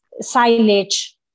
silage